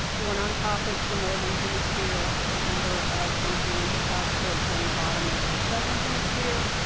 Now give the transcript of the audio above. the one on top is the northern hemisphere, number of influenza positives, and the bottom is the southern hemisphere.